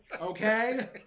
Okay